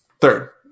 Third